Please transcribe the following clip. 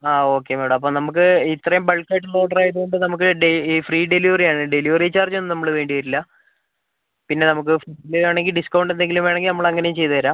ആ okay madam അപ്പോൾ നമുക്ക് ഇത്രയും ബൾക്കായിട്ടുള്ള ഓർഡറായതുകൊണ്ട് നമുക്ക് ഫ്രീ ഡെലിവറിയാണ് ഡെലിവറിചാർജൊന്നും നമ്മൾ വേണ്ടി വരില്ല പിന്നെ നമുക്ക് ഫുഡിൽ ആണെങ്കിൽ ഡിസ്ക്കൗണ്ട് എന്തെങ്കിലും വേണമെങ്കിൽ നമ്മൾ അങ്ങനെയും ചെയ്തുതരാം